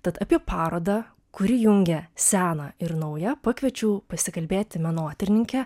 tad apie parodą kuri jungia sena ir nauja pakviečiau pasikalbėti menotyrininkę